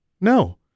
No